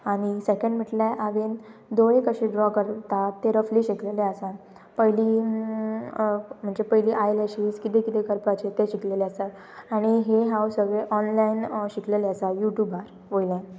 आनी सेकेंड म्हटल्यार हांवें दोळे कशे ड्रॉ करता ते रफली शिकलेलें आसा पयलीं म्हणजे पयली आयलॅशीस किदें किदें करपाचे तें शिकलेलें आसा आनी हे हांव सगळें ऑनलायन शिकलेलें आसा यूट्युबार वयल्या